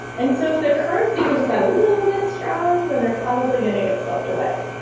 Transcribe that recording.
and so if the current's even just like a little bit strong, then they're probably going to get swept away.